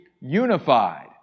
unified